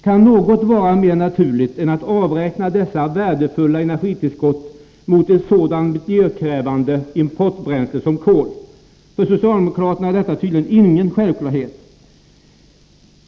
Kan något vara mer naturligt än att dessa värdefulla energitillskott avräknas mot ett sådant miljöpåverkande importbränsle som kol? För socialdemokraterna är detta tydligen ingen självklarhet.